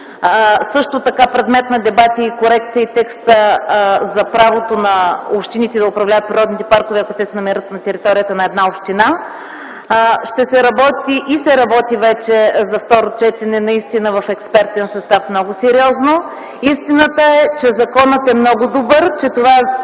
Също така предмет на дебати и корекция е текстът за правото на общините да управляват природните паркове, ако те се намират на територията на една община. Ще се работи и се работи вече за второ четене в експертен състав много сериозно. Истината е, че законопроектът е много добър, че с него